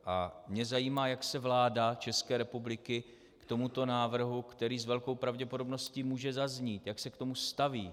A mě zajímá, jak se vláda České republiky k tomuto návrhu, který s velkou pravděpodobností může zaznít, jak se k tomu staví.